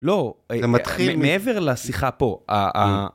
לא, אתה מתחיל מ..מעבר לשיחה פה...